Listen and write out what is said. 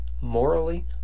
morally